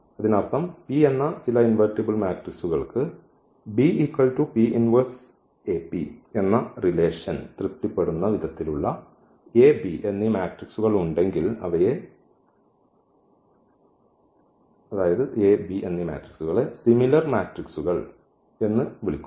അതിനർത്ഥം P എന്ന ചില ഇൻവെർട്ടിബിൾ മാട്രിക്സുകൾക്ക് എന്ന റിലേഷൻ തൃപ്തിപ്പെടുന്ന വിധത്തിലുള്ള A B എന്നീ മാട്രിക്സുകൾ ഉണ്ടെങ്കിൽ അവയെ ABയെ സിമിലർ മാട്രിക്സുകൾ എന്ന വിളിക്കുന്നു